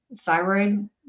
thyroid